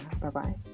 Bye-bye